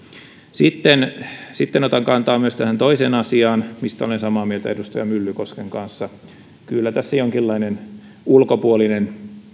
sitten sitten otan kantaa myös tähän toiseen asiaan mistä olen samaa mieltä edustaja myllykosken kanssa kyllä tässä jonkinlainen ulkopuolinen